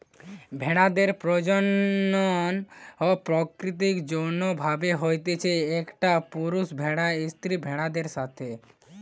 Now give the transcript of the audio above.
ভেড়াদের প্রজনন প্রাকৃতিক যৌন্য ভাবে হতিছে, একটা পুরুষ ভেড়ার স্ত্রী ভেড়াদের সাথে